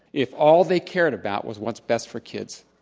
if all they cared about was what's best for kids?